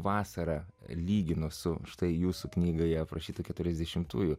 vasarą lygino su štai jūsų knygoje aprašyta keturiasdešimtųjų